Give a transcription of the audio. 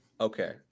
Okay